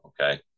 Okay